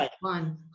one